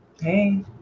hey